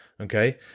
Okay